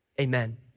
amen